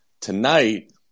Tonight